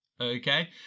Okay